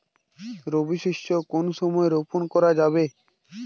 রবি শস্য কোন সময় রোপন করা যাবে?